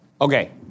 okay